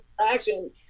action